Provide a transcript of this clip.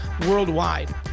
worldwide